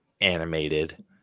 animated